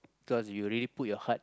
cause you already put your heart